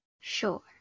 Sure